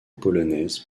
polonaise